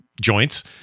joints